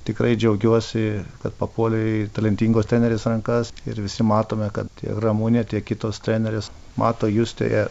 tikrai džiaugiuosi kad papuolė į talentingos trenerės rankas ir visi matome kad ramunė tiek kitos trenerės mato justėje